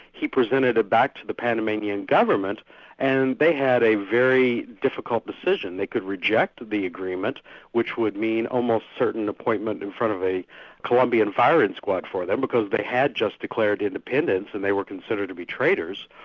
he presented it back to the panamanian government and they had a very difficult decision. they could reject the agreement which would mean almost certain appointment in front of a colombian firing squad for them, because they had just declared independence, and they were considered to be traitors,